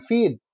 Feed